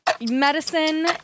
medicine